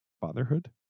Fatherhood